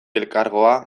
elkargoa